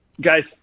Guys